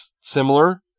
similar